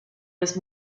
was